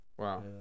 Wow